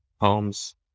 Holmes